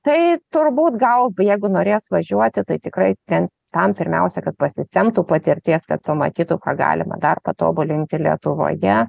tai turbūt gal jeigu norės važiuoti tai tikrai ten tam pirmiausia kad pasisemtų patirties kad pamatytų ką galima dar patobulinti lietuvoje